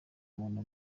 umuntu